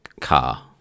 Car